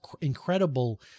incredible